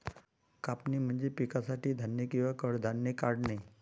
कापणी म्हणजे पिकासाठी धान्य किंवा कडधान्ये काढणे